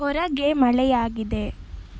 ಹೊರಗೆ ಮಳೆಯಾಗಿದೆ